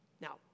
Now